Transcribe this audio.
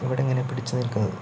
ഇവിടെങ്ങനെ പിടിച്ചു നിക്കുന്നത്